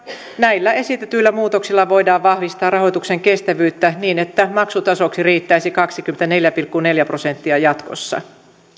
näillä esitetyillä muutoksilla voidaan vahvistaa rahoituksen kestävyyttä niin että maksutasoksi riittäisi kaksikymmentäneljä pilkku neljä prosenttia jatkossa